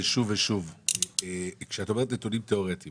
את אומרת נתונים תיאורטיים